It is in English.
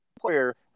player